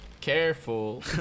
Careful